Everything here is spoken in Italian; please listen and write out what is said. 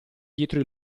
dietro